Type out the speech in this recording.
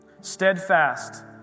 steadfast